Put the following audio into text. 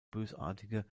bösartige